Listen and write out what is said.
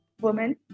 woman